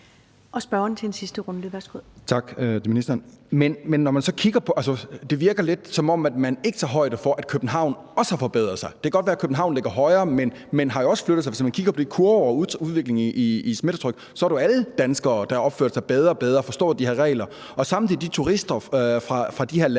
det virker lidt, som om man ikke tager højde for, at København også har forbedret sig. Det kan godt være, at København ligger højere, men det har jo også flyttet sig. Hvis man kigger på kurverne over udviklingen i smittetryk, viser det jo, at det er alle danskere, der har opført sig bedre og bedre og forstår de her regler, og samtidig har de turister fra de her lande,